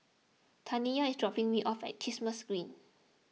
Taniya is dropping me off at Kismis Green